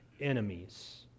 enemies